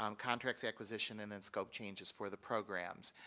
um contracts acquisition and and scope changes for the programs.